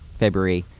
february.